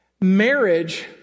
marriage